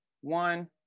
One